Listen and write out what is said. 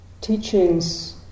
teachings